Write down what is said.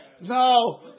No